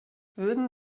würden